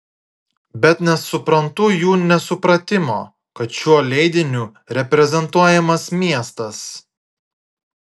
bet nesuprantu jų nesupratimo kad šiuo leidiniu reprezentuojamas miestas